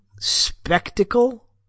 spectacle